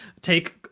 take